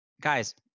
guys